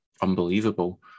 unbelievable